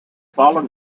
fallen